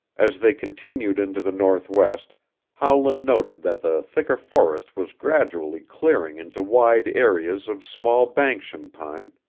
as they continued into the northwest howland noted that the thicker forest was gradually clearing into wide areas of small banskian pine,